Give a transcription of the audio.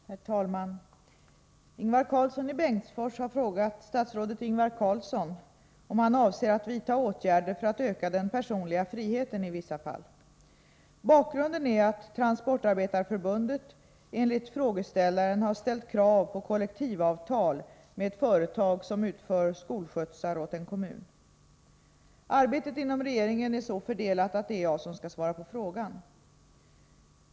Herr talman! Ingvar Karlsson i Bengtsfors har frågat statsrådet Ingvar Carlsson om han avser att vidta åtgärder för att öka den personliga friheten i vissa fall. Bakgrunden är att Transportarbetareförbundet enligt frågeställaren har krävt kollektivavtal med ett företag som utför skolskjutsar åt en kommun. Arbetet inom regeringen är så fördelat att det är jag som skall svara på frågan.